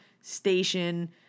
station